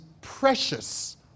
precious